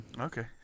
Okay